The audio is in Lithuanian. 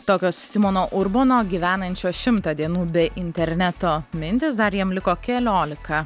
tokios simono urbono gyvenančio šimtą dienų be interneto mintys dar jam liko keliolika